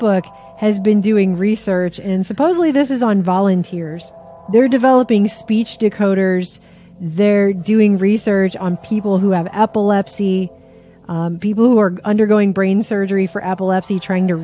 book has been doing research in supposedly this is on volunteers they're developing speech decoders they're doing research on people who have epilepsy people who are undergoing brain surgery for epilepsy trying to